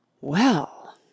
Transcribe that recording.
Well